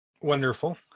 Wonderful